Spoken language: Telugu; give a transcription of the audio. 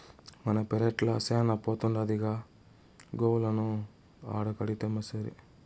మన పెరట్ల శానా బోతుండాదిగా గోవులను ఆడకడితేసరి